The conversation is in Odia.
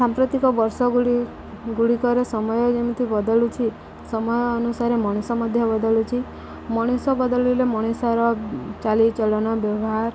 ସାମ୍ପ୍ରତିକ ବର୍ଷ ଗୁଡ଼ିକରେ ସମୟ ଯେମିତି ବଦଳୁଛି ସମୟ ଅନୁସାରେ ମଣିଷ ମଧ୍ୟ ବଦଳୁଛି ମଣିଷ ବଦଳିଲେ ମଣିଷର ଚାଲିଚଳନ ବ୍ୟବହାର